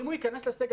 אם הוא ייכנס לסגל,